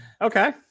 okay